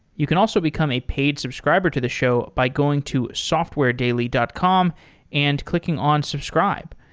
you can also become a paid subscriber to the show by going to softwaredaily dot com and clicking on subscribe.